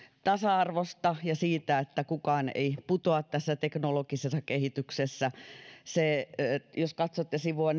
tasa arvosta ja siitä että kukaan ei putoa tästä teknologisesta kehityksestä jos katsotte sivua